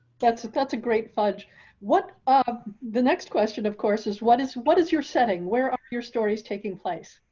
that's, that's a great fudge what ah the next question of course is what is, what is your setting where your story is taking place.